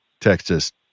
Texas